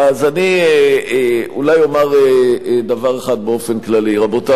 אז אני אולי אומר דבר אחד באופן כללי: רבותי,